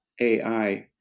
AI